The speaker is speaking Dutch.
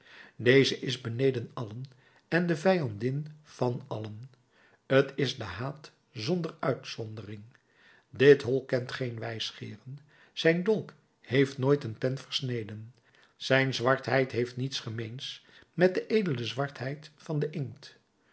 deze is beneden allen en de vijandin van allen t is de haat zonder uitzondering dit hol kent geen wijsgeeren zijn dolk heeft nooit een pen versneden zijn zwartheid heeft niets gemeens met de edele zwartheid van den inkt